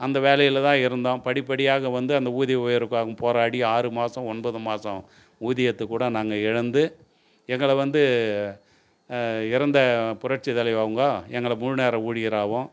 அந்த வேலையில தான் இருந்தோம் படிப்படியாக வந்து அந்த ஊதிய உயர்வுக்காக போராடி ஆறுமாசம் ஒன்பது மாசம் ஊதியத்தைக்கூட நாங்கள் இழந்து எங்களை வந்து அந்த இறந்த புரட்சித்தலைவி அவங்க எங்களை முழுநேர ஊழியராகவும்